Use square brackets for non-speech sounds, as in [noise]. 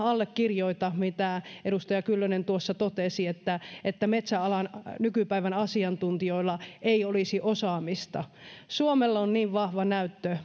[unintelligible] allekirjoita mitä edustaja kyllönen tuossa totesi että että metsäalan nykypäivän asiantuntijoilla ei olisi osaamista suomella on niin vahva näyttö [unintelligible]